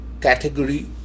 category